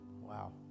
Wow